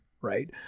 right